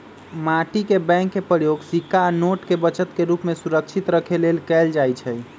माटी के बैंक के प्रयोग सिक्का आ नोट के बचत के रूप में सुरक्षित रखे लेल कएल जाइ छइ